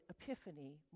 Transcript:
Epiphany